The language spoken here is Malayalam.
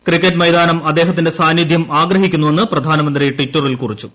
ക്രിക്കറ്റ് മൈതാനം അദ്ദേഹത്തിന്റെ സാന്നിധ്യം ആഗ്രഹിക്കുന്നുവെന്ന് പ്രധാനമന്ത്രി ട്വിറ്ററിൽ കുറിച്ചു